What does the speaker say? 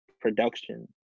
production